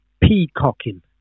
Peacocking